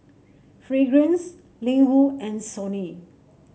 Fragrance Ling Wu and Sony